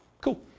cool